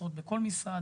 משרות בכל משרד.